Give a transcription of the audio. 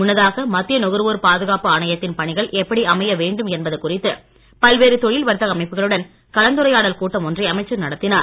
முன்னதாக மத்திய நுகர்வோர் பாதுகாப்பு ஆணையத்தின் பணிகள் எப்படி அமைய வேண்டும் என்பது குறித்து பல்வேறு தொழில்வர்த்தக அமைப்புகளுடன் கலந்துரையாடல் கூட்டம் ஒன்றை அமைச்சர் நடத்தினார்